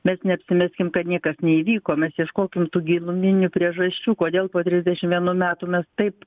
mes neapsimeskim kad niekas neįvyko mes ieškokim tų giluminių priežasčių kodėl po trisdešim vienų metų mes taip